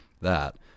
That